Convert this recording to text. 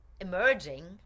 Emerging